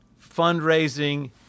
fundraising